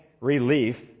relief